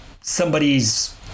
somebody's